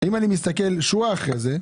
אם אני מסתכל שורה אחרי זה,